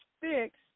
Fixed